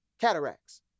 cataracts